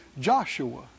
Joshua